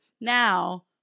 Now